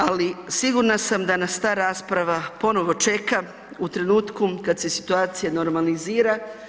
Ali sigurna sam da nas ta rasprava ponovo čeka u trenutku kad se situacija normalizira.